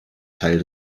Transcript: teil